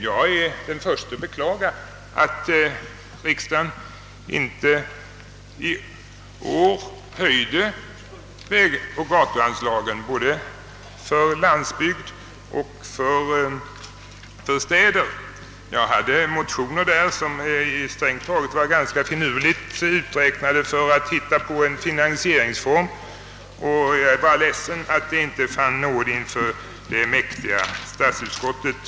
Jag är den förste att beklaga att riksdagen inte i år höjde vägoch gatuanslagen för både landsbygd och städer. Jag hade i detta avseende väckt motioner som strängt taget var ganska finurligt uträknade för att finna en finansieringsform, och jag är bara ledsen att de inte fann nåd inför det mäktiga statsutskottet.